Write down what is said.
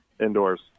indoors